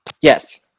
Yes